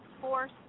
force